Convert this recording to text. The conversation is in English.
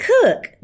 cook